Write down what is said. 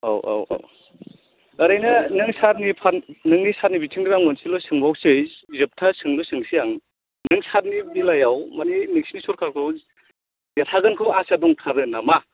औ औ औ ओरैनो नोंथां सार नि नोंथांनि सार नि बिथिंजों आं मोनसेल' सोंबावनोसै जोबथा सोंलु सोंनोसै आं नों सार नि बेलायाव माने नोंसोरनि सरखारखौ देरहागोनखौ आसा दंथारो नामा